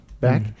back